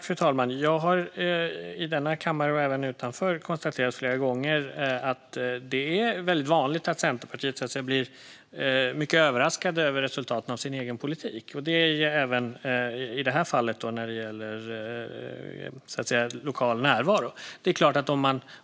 Fru talman! Jag har i denna kammare och även utanför flera gånger konstaterat att det är vanligt att man i Centerpartiet blir mycket överraskad av resultatet av den egna politiken. Det gäller även det här med den lokala närvaron.